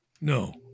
No